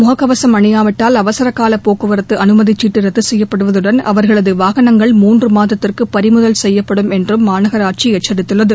முகக்கவசம் அணியாவிட்டால் அவசரக்கால போக்குவரத்து அனுமதிச்சீட்டு ரத்து செய்யப்படுவதுடன் அவர்களது வாகனங்கள் மூன்று மாதத்திற்கு பறிமுதல் செய்யப்படும் என்றும் மாநகராட்சி எச்சித்துள்ளது